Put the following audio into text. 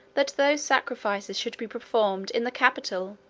that those sacrifices should be performed in the capitol,